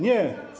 Nie.